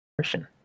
Christian